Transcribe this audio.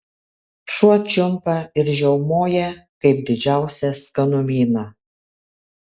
šuo čiumpa ir žiaumoja kaip didžiausią skanumyną